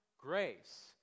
grace